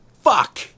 Fuck